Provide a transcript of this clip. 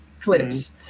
clips